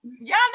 y'all